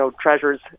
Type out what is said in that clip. treasures